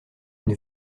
une